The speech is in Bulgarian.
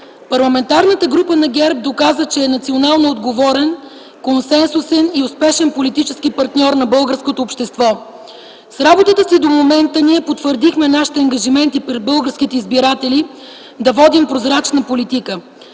Парламентарната група на ГЕРБ доказа, че е националноотговорен, консенсусен и успешен политически партньор на българското общество. С работата си до момента ние потвърдихме нашите ангажименти пред българските избиратели да водим прозрачна политика.